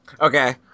okay